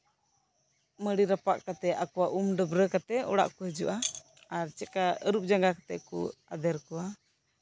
ᱢᱟᱲᱤ ᱨᱟᱯᱟᱜ ᱠᱟᱛᱮ ᱩᱢᱼᱰᱟᱹᱵᱨᱟᱹ ᱠᱟᱛᱮ ᱟᱠᱚᱣᱟᱜ ᱚᱲᱟᱜ ᱠᱚ ᱦᱤᱡᱩᱜᱼᱟ ᱟᱨ ᱪᱮᱫᱞᱮᱠᱟ ᱟᱨᱩᱵ ᱡᱟᱣᱨᱟ ᱠᱟᱛᱮ ᱠᱚ ᱟᱫᱮᱨ ᱠᱚᱣᱟ